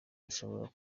ushobora